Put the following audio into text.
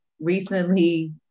recently